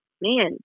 man